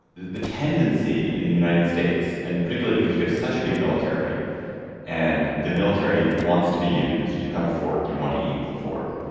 the the tendency in the united states and particularly because we have such a big military and the military wants to be used. do you have a fork. you want to eat with a fork